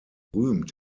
berühmt